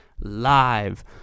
live